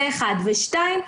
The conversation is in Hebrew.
ושתיים,